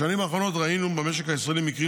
בשנים האחרונות ראינו במשק הישראלי מקרים